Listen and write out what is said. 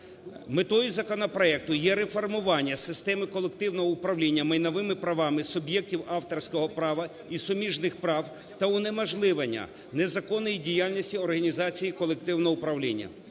Метою законопроекту є реформування системи колективного управління майновими правами суб'єктів авторського права і суміжних прав та унеможливлення незаконної діяльності організацій колективного управління.